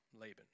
Laban